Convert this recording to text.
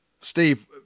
Steve